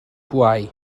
bwâu